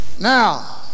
Now